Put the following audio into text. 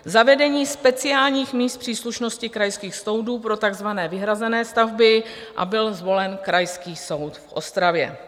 Zavedení speciálních míst příslušnosti krajských soudů pro takzvané vyhrazené stavby, a byl zvolen Krajský soud v Ostravě.